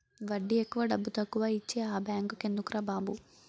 వడ్డీ ఎక్కువ డబ్బుతక్కువా ఇచ్చే ఆ బేంకెందుకురా బాబు